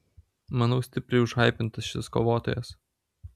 manau stipriai užhaipintas šis kovotojas